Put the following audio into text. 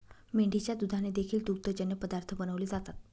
मेंढीच्या दुधाने देखील दुग्धजन्य पदार्थ बनवले जातात